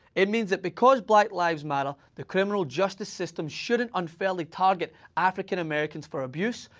it means that because black lives matter, the criminal justice system shouldn't unfairly target african americans for abuse,